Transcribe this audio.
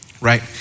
right